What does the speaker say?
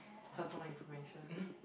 has my information